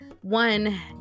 One